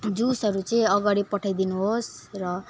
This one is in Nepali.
जुसहरू चाहिँ अगाडि पठाइदिनु होस् र